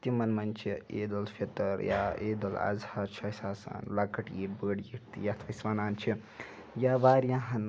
تِمن منٛز چھِ عید الفطر یا عیدالاضحی چھ اَسہِ آسان لۄکٕٹ عیٖد بٔڑ عیٖد تہِ یَتھ أسۍ وَنان چھِ یا واریاہن